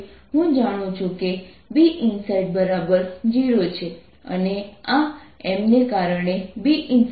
ચાલો આપણે ફરીથી Rdθ કેન્સલ કરીએ અને આપણને σRωsinθમળે છે